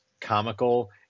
comical